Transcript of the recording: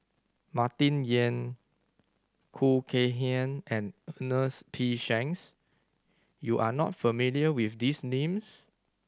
Martin Yan Khoo Kay Hian and Ernest P Shanks you are not familiar with these names